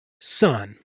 son